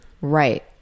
Right